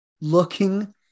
looking